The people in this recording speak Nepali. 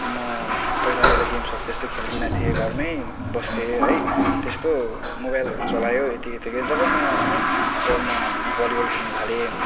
म पहिला पहिला गेम्सहरू त्यस्तो खेल्दिनँ थिएँ घरमै बस्थेँ है त्यस्तो मोबाइलहरू चलायो यति यतिकै जब म होइन जब म भली बल खेल्नु थालेँ